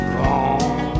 Wrong